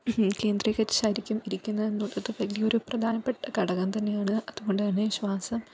കേന്ദ്രീകരിച്ചായിരിക്കും ഇരിക്കുന്നത് എന്നുള്ളത് വലിയൊരു പ്രധാനപ്പെട്ട ഘടകം തന്നെയാണ് അത് കൊണ്ട് തന്നെ ശ്വാസം